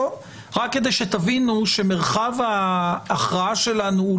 רק כדי שתבינו שמרחב ההכרעה שלנו הוא